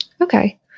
Okay